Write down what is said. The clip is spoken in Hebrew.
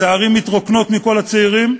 ואז הערים מתרוקנות מכל הצעירים.